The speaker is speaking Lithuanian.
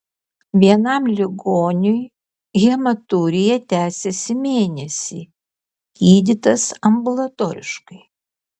vienam ligoniui hematurija tęsėsi mėnesį gydytas ambulatoriškai